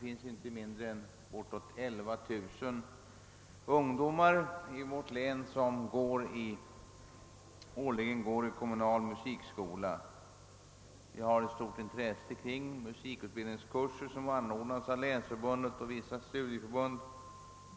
Inte mindre än bortåt 11 000 ungdomar i vårt län går årligen i kommunala musikskolor. Det visas stort intresse för musikutbildningskurser som anordnas av länsförbunden och vissa studieförbund.